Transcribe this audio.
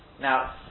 Now